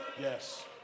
yes